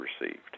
received